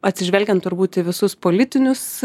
atsižvelgiant turbūt į visus politinius